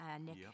Nick